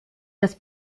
das